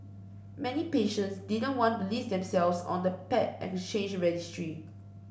many patients didn't want to list themselves on the paired exchange registry